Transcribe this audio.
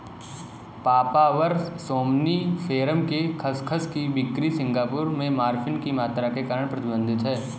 papaver somniferum के खसखस की बिक्री सिंगापुर में मॉर्फिन की मात्रा के कारण प्रतिबंधित है